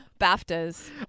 baftas